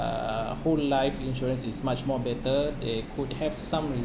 uh whole life insurance is much more better they could have some rea~